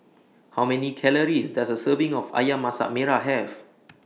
How Many Calories Does A Serving of Ayam Masak Merah Have